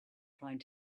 trying